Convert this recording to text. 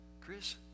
Chris